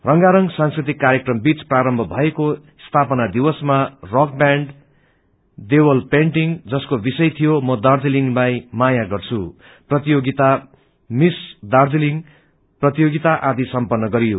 रंगारंग सांस्कृतिक कार्यक्रम बीच प्रारम्भ भएको स्थापना दविसमा राक व्याण्ड देवनपेन्टींग जसको विषय थियो म दार्जीलिङलाई माया गछर्फ प्रतियोगिता मिस दार्जीलिङ प्रतियोगिता आदि सम्पन्न गरियो